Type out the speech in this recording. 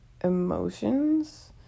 emotions